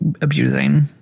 abusing